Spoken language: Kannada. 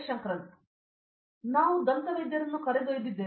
ಶಂಕರನ್ ನಾವು ದಂತವೈದ್ಯರನ್ನು ಕರೆದೊಯ್ಯಿದ್ದೇವೆ